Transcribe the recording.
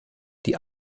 die